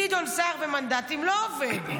גדעון סער ומנדטים, לא עובד.